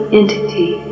entity